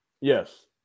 Yes